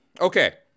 Okay